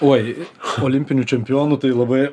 oi olimpinių čempionų tai labai